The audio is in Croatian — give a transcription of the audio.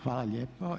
Hvala lijepo.